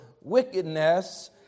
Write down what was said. wickedness